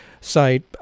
site